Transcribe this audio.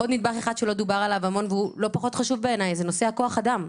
נדבך שלא דובר עליו והוא לא פחות חשוב בעיני זה נושא כוח האדם.